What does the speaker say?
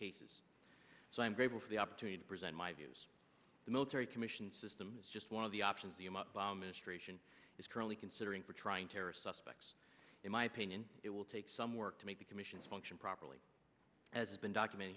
cases so i'm grateful for the opportunity to present my views the military commission system is just one of the options it's currently considering for trying terror suspects in my opinion it will take some work to make the commissions function properly as has been document